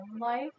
life